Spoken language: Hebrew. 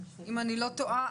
אם אני לא טועה,